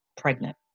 Pregnant